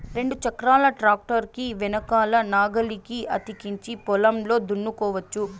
రెండు చక్రాల ట్రాక్టర్ కి వెనకల నాగలిని అతికించి పొలంను దున్నుకోవచ్చు